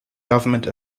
government